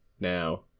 now